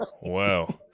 wow